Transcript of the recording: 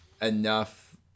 enough